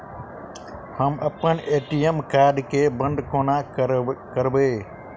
हम अप्पन ATM card केँ बंद कोना करेबै?